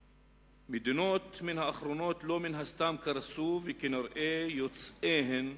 מדינות מן האחרונות לא סתם קרסו, וכנראה יוצאיהן,